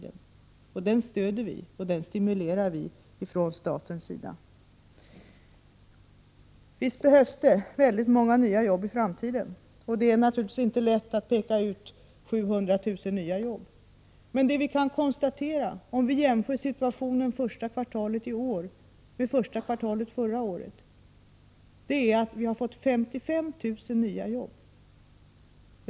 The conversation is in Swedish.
Den verksamheten stöder vi och den stimulerar vi från statens sida. Visst behövs det väldigt många nya jobb i framtiden, och det är naturligtvis inte lätt att peka ut 700 000 nya jobb. Men det vi kan konstatera, om vi jämför situationen första kvartalet i år med första kvartalet förra året, är att vi har fått 55 000 nya jobb.